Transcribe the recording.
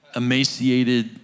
emaciated